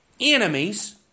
enemies